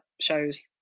shows